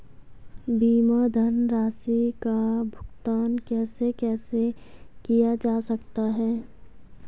बीमा धनराशि का भुगतान कैसे कैसे किया जा सकता है?